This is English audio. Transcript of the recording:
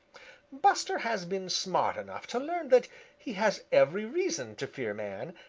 buster has been smart enough to learn that he has every reason to fear man,